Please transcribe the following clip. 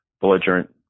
belligerent